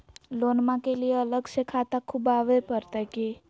लोनमा के लिए अलग से खाता खुवाबे प्रतय की?